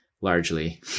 largely